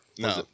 No